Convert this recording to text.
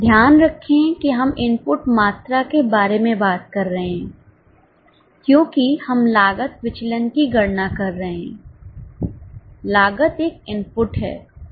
ध्यान रखें कि हम इनपुट मात्रा के बारे में बात कर रहे हैं क्योंकि हम लागत विचलन की गणना कर रहे हैं लागत एक इनपुट है